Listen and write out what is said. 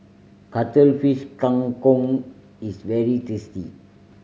Cuttlefish Kang Kong is very tasty